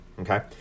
Okay